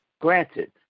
granted